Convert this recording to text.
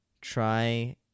try